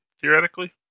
theoretically